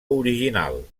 original